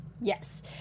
Yes